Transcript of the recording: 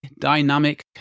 Dynamic